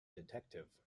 detective